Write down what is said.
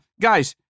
guys